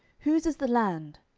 whose is the land?